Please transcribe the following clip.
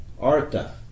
Artha